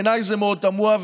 בעיניי זה מאוד תמוה,